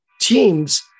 teams